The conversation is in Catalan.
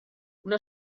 una